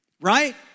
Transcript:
Right